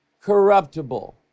corruptible